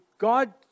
God